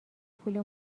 پول